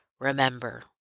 Remember